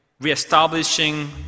reestablishing